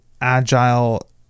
agile